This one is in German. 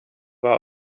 war